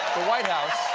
the white house